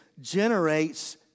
generates